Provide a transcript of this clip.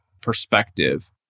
perspective